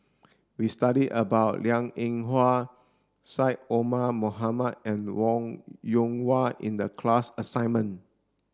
we studied about Liang Eng Hwa Syed Omar Mohamed and Wong Yoon Wah in the class assignment